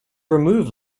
remove